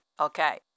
Okay